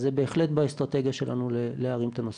זה בהחלט באסטרטגיה שלנו להרים את הנושא.